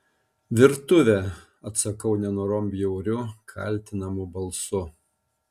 virtuvė atsakau nenorom bjauriu kaltinamu balsu